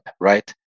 right